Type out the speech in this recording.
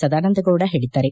ಸದಾನಂದ ಗೌಡ ಹೇಳಿದ್ದಾರೆ